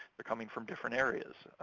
they're coming from different areas.